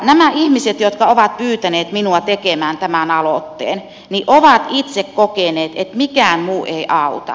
nämä ihmiset jotka ovat pyytäneet minua tekemään tämän aloitteen ovat itse kokeneet että mikään muu ei auta